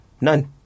None